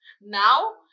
Now